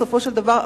בסופו של דבר,